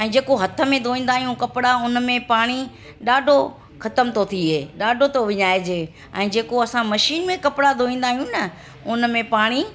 ऐं जेको हथ में धोईंदा आहियूं कपिड़ा उन में पाणी ॾाढो ख़तमु थो थिए ॾाढो थो विञाइजे ऐं जेको असां मशीन में कपिड़ा धोईंदा आहियूं न उन में पाणी